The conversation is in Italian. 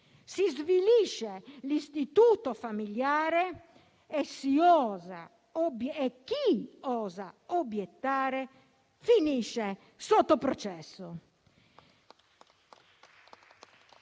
Si svilisce l'istituto familiare e chi osa obiettare finisce sotto processo